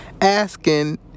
asking